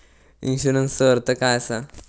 इन्शुरन्सचो अर्थ काय असा?